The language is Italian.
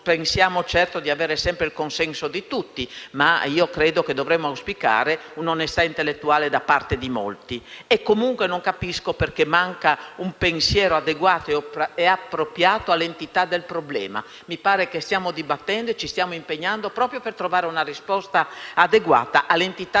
pensiamo certo di avere sempre il consenso di tutti, ma credo che dovremmo auspicare un'onestà intellettuale da parte di molti. Comunque non capisco perché manchi un pensiero adeguato e appropriato all'entità del problema; mi sembra che stiamo dibattendo e ci stiamo impegnando proprio per trovare una risposta adeguata all'entità di questo problema,